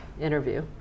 interview